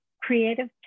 creative